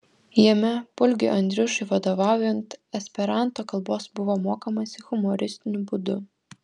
jame pulgiui andriušiui vadovaujant esperanto kalbos buvo mokomasi humoristiniu būdu